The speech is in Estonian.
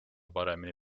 paremini